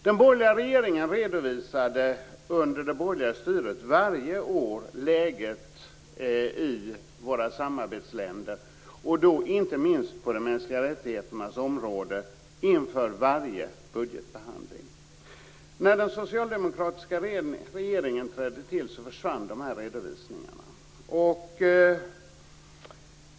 Den borgerliga regeringen redovisade under det borgerliga styret varje år läget i våra samarbetsländer, och då inte minst på de mänskliga rättigheternas område, inför varje budgetbehandling. När den socialdemokratiska regeringen trädde till försvann dessa redovisningar.